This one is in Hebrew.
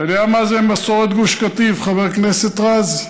אתה יודע מה זה מסורת גוש קטיף, חבר הכנסת רז?